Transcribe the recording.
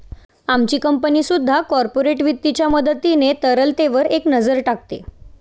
आमची कंपनी सुद्धा कॉर्पोरेट वित्ताच्या मदतीने तरलतेवर एक नजर टाकते